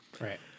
Right